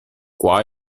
qua